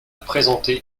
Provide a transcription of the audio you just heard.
présenté